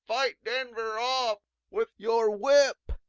fight denver off with your whip!